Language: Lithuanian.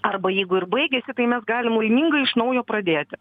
arba jeigu ir baigiasi tai mes galim laimingai iš naujo pradėti